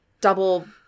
double